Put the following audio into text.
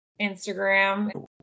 instagram